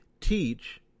teach